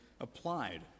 applied